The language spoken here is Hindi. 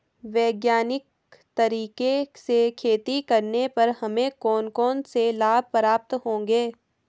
वैज्ञानिक तरीके से खेती करने पर हमें कौन कौन से लाभ प्राप्त होंगे?